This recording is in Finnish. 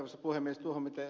tuohon mitä ed